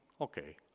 Okay